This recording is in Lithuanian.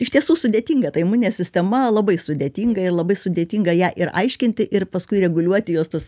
iš tiesų sudėtinga ta imuninė sistema labai sudėtinga ir labai sudėtinga ją ir aiškinti ir paskui reguliuoti jos tuos